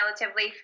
relatively